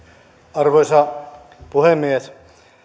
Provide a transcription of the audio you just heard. arvoisa puhemies